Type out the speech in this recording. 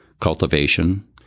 cultivation